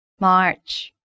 March